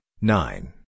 nine